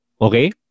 Okay